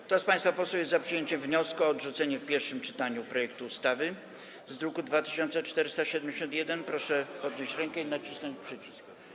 Kto z państwa posłów jest za przyjęciem wniosku o odrzucenie w pierwszym czytaniu projektu ustawy z druku nr 2471, proszę podnieść rękę i nacisnąć przycisk.